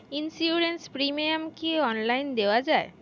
Insurance premium কি online দেওয়া যায়?